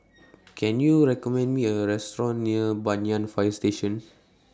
Can YOU recommend Me A Restaurant near Banyan Fire Station